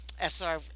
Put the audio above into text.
SR